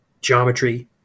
geometry